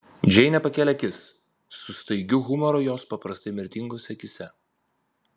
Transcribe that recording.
džeinė pakėlė akis su staigiu humoru jos paprastai mirtingose akyse